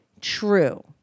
true